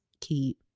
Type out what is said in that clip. keep